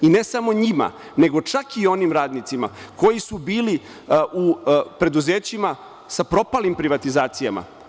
Ne samo njima nego čak i onim radnicima koji su bili u preduzećima sa propalim privatizacijama.